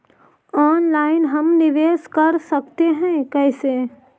Online हम निवेश कर सकते है, कैसे?